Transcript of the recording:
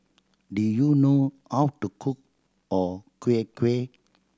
do you know how to cook o kueh kueh